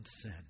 sin